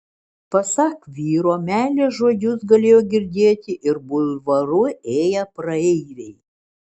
pasak vyro meilės žodžius galėjo girdėti ir bulvaru ėję praeiviai